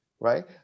Right